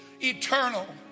eternal